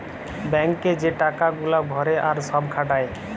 bank এ যে টাকা গুলা ভরে আর সব খাটায়